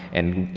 and,